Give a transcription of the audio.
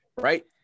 right